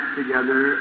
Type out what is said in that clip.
together